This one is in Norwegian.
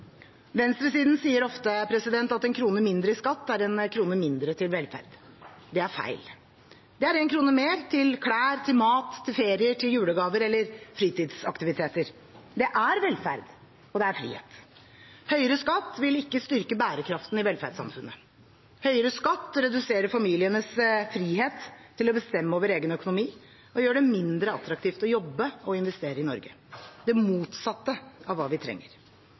Venstresiden sier ofte at en krone mindre i skatt er en krone mindre til velferd. Det er feil. Det er en krone mer til klær, til mat, til ferier, til julegaver eller til fritidsaktiviteter. Det er velferd, og det er frihet. Høyere skatt vil ikke styrke bærekraften i velferdssamfunnet. Høyere skatt reduserer familienes frihet til å bestemme over egen økonomi og gjør det mindre attraktivt å jobbe og investere i Norge – det motsatte av hva vi trenger.